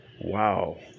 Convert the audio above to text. Wow